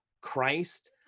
Christ